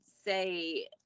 say